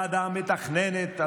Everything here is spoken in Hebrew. הוועדה המתכננת,